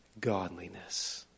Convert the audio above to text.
godliness